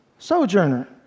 Sojourner